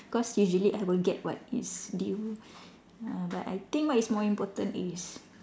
because usually I will get what is due ah but I think what is more important is